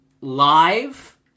live